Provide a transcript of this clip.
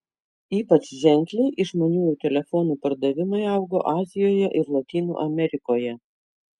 ypač ženkliai išmaniųjų telefonų pardavimai augo azijoje ir lotynų amerikoje